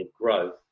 growth